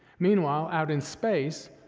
meanwhile, out in space,